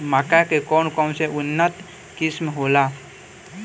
मक्का के कौन कौनसे उन्नत किस्म होला?